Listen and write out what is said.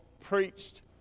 preached